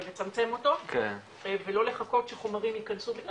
אבל לצמצם אותו ולא לחכות שחומרים ייכנסו בגלל